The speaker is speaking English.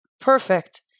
Perfect